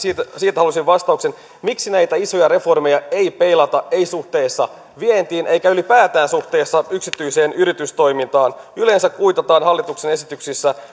siihen haluaisin vastauksen miksi näitä isoja reformeja ei peilata suhteessa vientiin eikä ylipäätään suhteessa yksityiseen yritystoimintaan yleensä hallituksen esityksissä